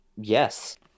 Yes